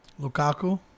Lukaku